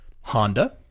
Honda